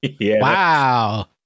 wow